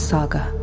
Saga